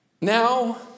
Now